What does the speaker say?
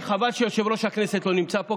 חבל שיושב-ראש הכנסת לא נמצא פה,